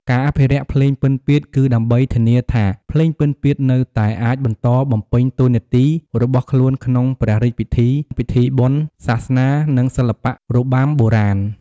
ការអភិរក្សភ្លេងពិណពាទ្យ គឺដើម្បីធានាថាភ្លេងពិណពាទ្យនៅតែអាចបន្តបំពេញតួនាទីរបស់ខ្លួនក្នុងព្រះរាជពិធី ពិធីបុណ្យសាសនា និងសិល្បៈរបាំបុរាណ។